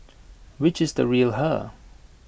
which is the real her